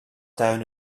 down